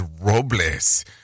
Robles